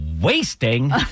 wasting